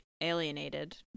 alienated